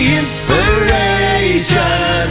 inspiration